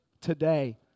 today